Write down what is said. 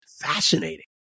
fascinating